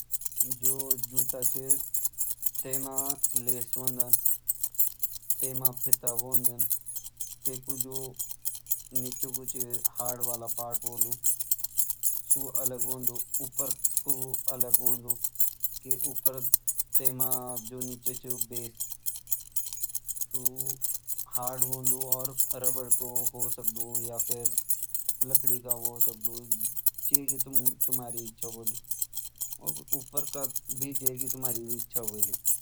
जो जूता छ तै म लेस होंद तै म फिता होंद तै कु जो नीचे कु हार्ड वाला पार्ट होंद सु अलग होंद ऊपर कु अलग होंद। ऊपर तै म जु नीचे छ जु बेस सु हार्ड होंद और रबर कु हो सकद या फिर लकडी कु हो सकद जै क तुम्हारी इच्छा होल। ऊपर कु भी जै क तुम्हारी इच्छा होल।